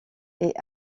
est